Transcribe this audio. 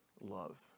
love